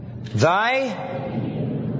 Thy